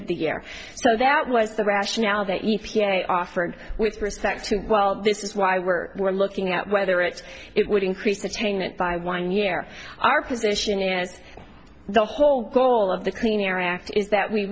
of the year so that was the rationale the e p a offered with respect to well this is why we're we're looking at whether it's it would increase attainment by one year our position is the whole goal of the clean air act is that we